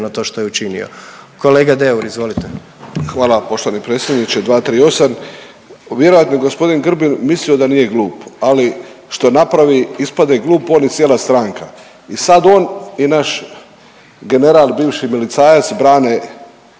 to što je učinio. Kolega Deur, izvolite. **Deur, Ante (HDZ)** Hvala vam poštovani predsjedniče, 238. Vjerojatno je g. Grbin mislio da nije glup, ali što napravi, ispade glup on i cijela stranka i sad on i naš general, bivši milicajac brane